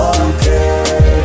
okay